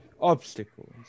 obstacles